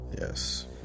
Yes